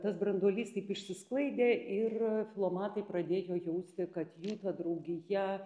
tas branduolys taip išsisklaidė ir filomatai pradėjo jausti kad jų ta draugija